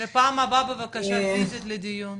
לפעם הבאה בבקשה, פיזית לדיון.